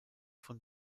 von